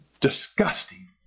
disgusting